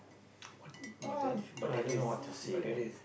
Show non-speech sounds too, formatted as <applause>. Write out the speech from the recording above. <noise> what but that but that is but that is